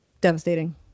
devastating